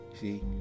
See